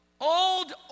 Old